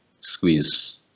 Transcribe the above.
squeeze